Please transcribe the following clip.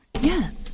yes